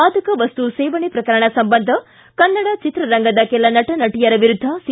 ಮಾದಕ ವಸ್ತು ಸೇವನೆ ಪ್ರಕರಣ ಸಂಬಂಧ ಕನ್ನಡ ಚಿತ್ರರಂಗದ ಕೆಲ ನಟ ನಟಿಯರ ವಿರುದ್ದ ಸಿ